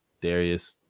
Darius